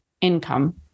income